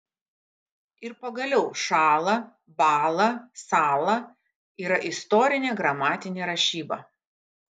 ir pagaliau šąla bąla sąla yra istorinė gramatinė rašyba